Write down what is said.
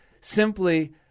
simply